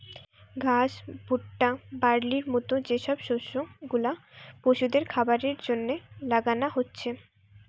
ঘাস, ভুট্টা, বার্লির মত যে সব শস্য গুলা পশুদের খাবারের জন্যে লাগানা হচ্ছে